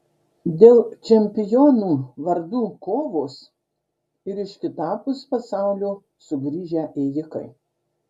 dėl čempionų vardų kovos ir iš kitapus pasaulio sugrįžę ėjikai